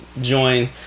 join